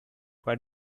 what